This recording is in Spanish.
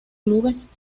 clubes